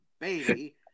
Baby